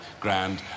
grand